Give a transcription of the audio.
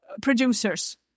producers